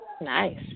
Nice